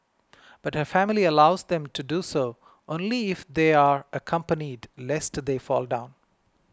but her family allows them to do so only if they are accompanied lest they fall down